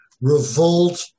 revolt